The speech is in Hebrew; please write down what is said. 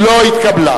לא התקבלה.